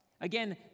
Again